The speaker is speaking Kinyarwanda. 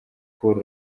pour